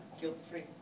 Guilt-free